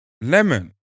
Lemon